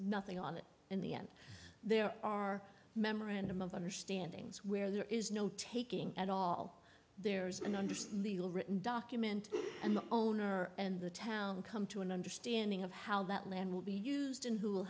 nothing on it in the end there are memorandum of understanding where there is no taking at all there is an understood legal written document and the owner and the town come to an understanding of how that land will be used in who will